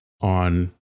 on